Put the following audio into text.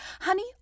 Honey